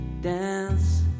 dance